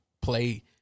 play